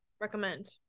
recommend